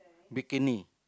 bikini